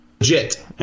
Legit